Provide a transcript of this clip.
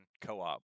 co-op